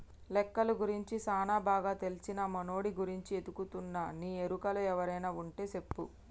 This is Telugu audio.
లెక్కలు గురించి సానా బాగా తెల్సిన పనోడి గురించి ఎతుకుతున్నా నీ ఎరుకలో ఎవరైనా వుంటే సెప్పు